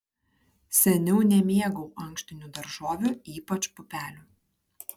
seniau nemėgau ankštinių daržovių ypač pupelių